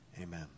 amen